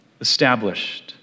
established